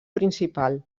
principal